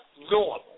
normal